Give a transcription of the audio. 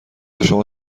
شما